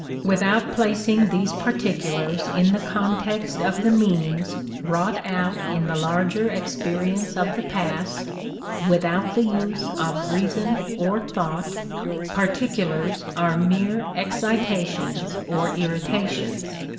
without placing these particulars in the context of the meanings wrought out in the larger experience of the past without the use of reason or thought particulars are mere excitations or irritations.